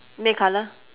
me colour